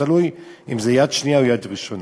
תלוי אם זו יד שנייה או יד ראשונה.